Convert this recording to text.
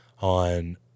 on